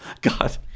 God